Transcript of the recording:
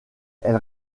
elle